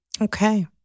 Okay